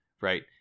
right